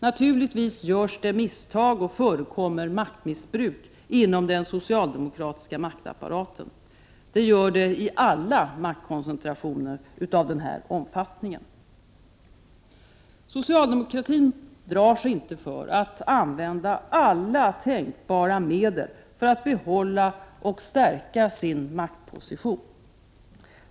Naturligtvis görs misstag och förekommer maktmissbruk inom den socialdemokratiska maktapparaten — det gör det i alla maktkoncentrationer av denna omfattning. Socialdemokratin drar sig inte för att använda alla tänkbara medel för att behålla och stärka sin maktposition.